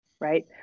right